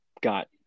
got